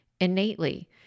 innately